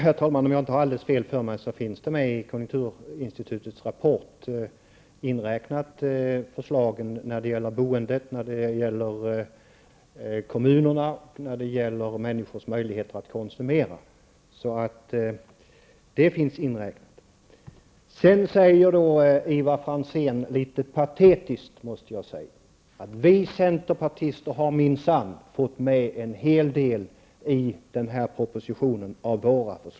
Herr talman! Om jag inte tar alldeles fel så finns förslagen om boendet, kommunerna och människors möjligheter att konsumera inräknade i konjunkturinstitutets rapport. Ivar Franzén säger, litet patetiskt, att centerpartisterna minsann har fått med en hel del av sina förslag i den här propositionen.